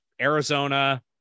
Arizona